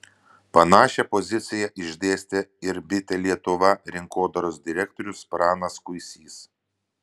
panašią poziciją išdėstė ir bitė lietuva rinkodaros direktorius pranas kuisys